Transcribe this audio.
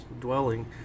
dwelling